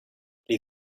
les